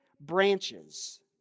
branches